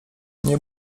nie